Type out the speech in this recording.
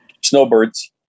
snowbirds